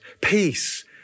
peace